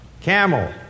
Camel